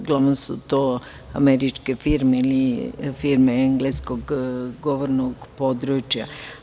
Uglavnom su to američke firme ili firme engleskog govornog područja.